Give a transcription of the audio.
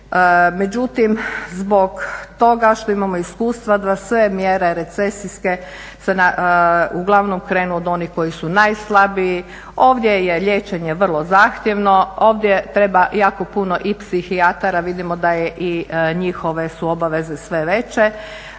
Međutim, zbog toga što imamo iskustva da sve mjere recesijske uglavnom krenu od onih koji su najslabiji. Ovdje je liječenje vrlo zahtjevno, ovdje treba jako puno i psihijatara, vidimo da je i njihove su obaveze sve veće